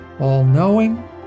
all-knowing